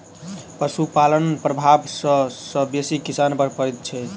पशुपालनक प्रभाव सभ सॅ बेसी किसान पर पड़ैत छै